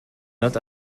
not